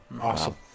Awesome